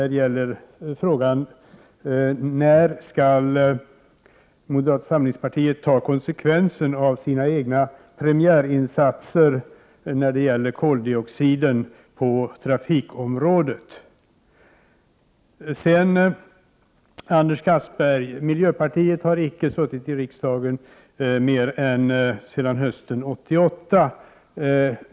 Här gäller frågan när moderata samlingspartiet skall ta konsekvenserna av sina egna ”premiärinsatser” när det gäller koldioxiden på trafikområdet. Anders Castberger, miljöpartiet har suttit i riksdagen endast sedan hösten 1988.